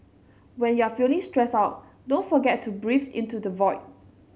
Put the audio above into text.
when you are feeling stressed out don't forget to breathe into the void